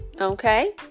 Okay